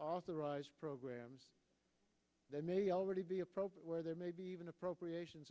authorize programs that may already be appropriate where there may be even appropriations